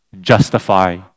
justify